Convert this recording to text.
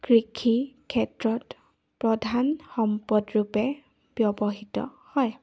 কৃষি ক্ষেত্ৰত প্ৰধান সম্পদৰূপে ব্যৱহৃত হয়